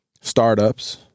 Startups